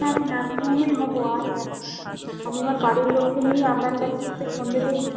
হ্যাঁ আমি নার্সিং হোমেই হব আর আমি আমার বাড়ির লোককে নিয়ে আপনার কাছে সন্ধ্যেতেই